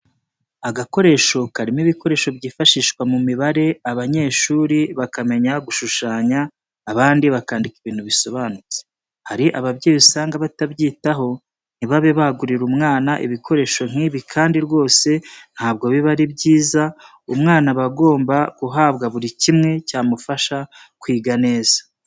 Agakoresho karimo ibikoresho by'ifashishwa mu mibare abanyeshuri bakamenya gushushanya, abandi bakandika ibintu bisobanutse. Hari ababyeyi usanga batabyitaho ntibabe bagurira umwana ibikoresho nk'ibi kandi rwose ntabwo biba ari byiza, umwana aba agomba guhabwa buri kimwe cyamufasha kwiga neza.